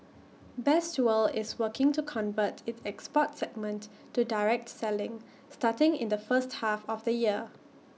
best world is working to convert its export segment to direct selling starting in the first half of the year